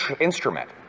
instrument